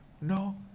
No